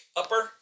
upper